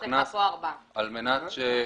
יש ארבעה סוגים: